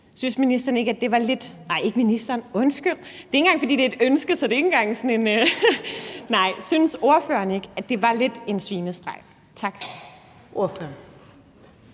synes ordføreren ikke, at det var lidt en svinestreg?